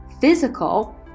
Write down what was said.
physical